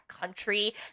country